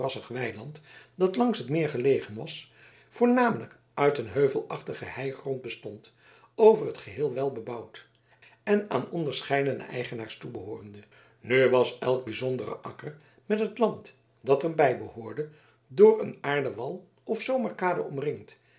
weiland dat langs het meer gelegen was voornamelijk uit een heuvelachtigen heigrond bestond over t geheel welbebouwd en aan onderscheidene eigenaars toebehoorende nu was elke bijzondere akker met het land dat er bij behoorde door een aarden wal of zomerkade omringd